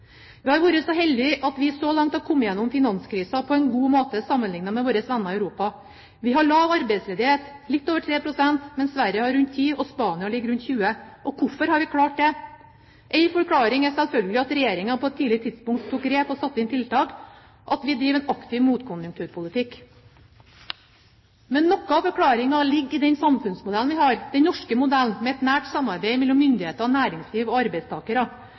Vi har vært så heldige at vi så langt har kommet igjennom finanskrisen på en god måte sammenlignet med våre venner i Europa. Vi har lav arbeidsledighet, litt over 3 pst., mens Sverige har rundt 10 pst. og Spania rundt 20 pst. Hvorfor har vi klart det? En forklaring er selvfølgelig at Regjeringen på et tidlig tidspunkt tok grep og satte inn tiltak, at vi driver en aktiv motkonjunkturpolitikk. Men noe av forklaringen ligger i den samfunnsmodellen vi har, den norske modellen, med et nært samarbeid mellom myndigheter, næringsliv og arbeidstakere.